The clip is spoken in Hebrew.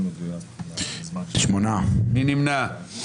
מי נמנע?